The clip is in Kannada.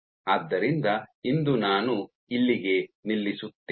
ಆದ್ದರಿಂದ ಇಂದು ನಾನು ಇಲ್ಲಿಗೆ ನಿಲ್ಲಿಸುತ್ತೇನೆ